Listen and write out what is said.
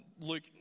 Luke